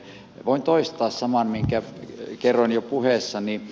voin toistaa saman minkä kerroin jo puheessani